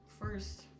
first